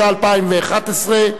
התשע"א 2011,